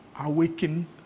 awaken